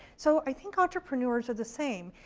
so i think entrepreneurs are the same.